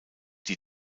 die